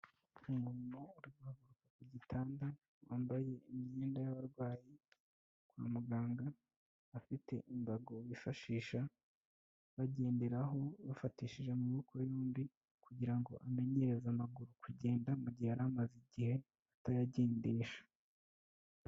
Umumama uri guhaguruka ku gitanda wambaye imyenda y'abarwayi kwa muganga, afite imbago bifashisha bagenderaho bafatishije amaboko yombi kugira ngo amenyereze amaguru kugenda mu gihe yari amaze igihe atayagendesha.